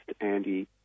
Andy